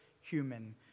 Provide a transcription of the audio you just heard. human